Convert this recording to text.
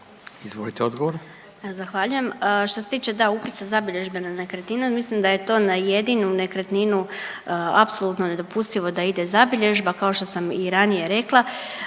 Izvolite odgovor.